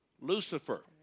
Lucifer